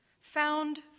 found